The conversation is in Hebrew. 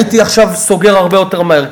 הייתי סוגר עכשיו הרבה יותר מהר,